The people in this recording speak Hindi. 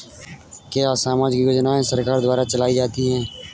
क्या सामाजिक योजनाएँ सरकार के द्वारा चलाई जाती हैं?